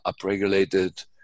upregulated